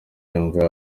yumva